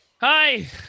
Hi